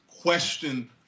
question